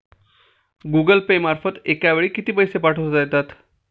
Google Pay मार्फत एका वेळी किती पैसे पाठवता येतात?